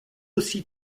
aussi